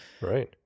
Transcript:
right